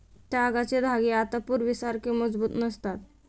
तागाचे धागे आता पूर्वीसारखे मजबूत नसतात